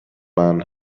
man